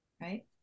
Right